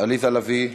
עליזה לביא,